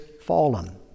fallen